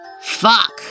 Fuck